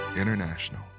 International